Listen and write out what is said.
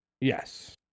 Yes